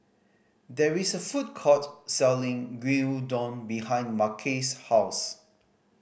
there is a food court selling Gyudon behind Marquez's house